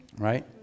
right